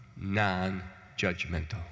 non-judgmental